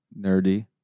nerdy